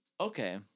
Okay